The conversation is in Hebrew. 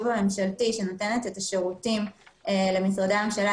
הממשלתית שנותנת את השירותים למשרדי הממשלה,